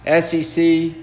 SEC